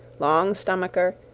long stomacher,